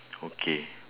okay